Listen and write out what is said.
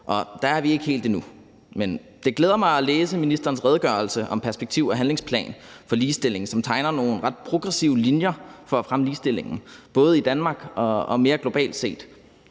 og der er vi ikke helt endnu. Men det glæder mig at læse ministerens redegørelse om perspektiv og handlingsplan for ligestillingen, som tegner nogle ret progressive linjer for at fremme ligestillingen, både i Danmark og mere globalt set.